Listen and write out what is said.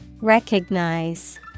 Recognize